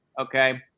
okay